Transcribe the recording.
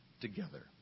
together